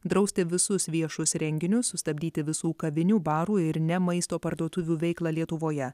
drausti visus viešus renginius sustabdyti visų kavinių barų ir ne maisto parduotuvių veiklą lietuvoje